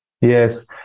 Yes